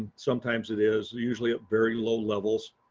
sometimes it is, usually at very low levels.